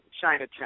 Chinatown